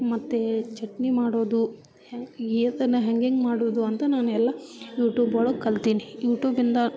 ಮತ್ತೆ ಚಟ್ನಿ ಮಾಡೋದು ಹೆಂಗೆ ಏನನ್ನು ಹೆಂಗೆಂಗೆ ಮಾಡೋದು ಅಂತ ನಾನು ಎಲ್ಲ ಯೂಟೂಬ್ ಒಳಗೆ ಕಲಿತೀನಿ ಯೂಟೂಬಿಂದ